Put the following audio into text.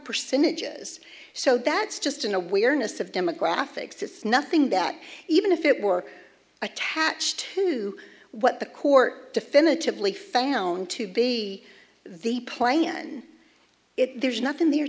percentages so that's just an awareness of demographics it's nothing that even if it were attached to what the court definitively found to be the play in it there's nothing there